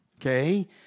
okay